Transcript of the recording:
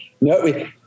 No